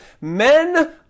men